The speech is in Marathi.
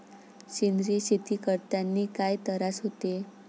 सेंद्रिय शेती करतांनी काय तरास होते?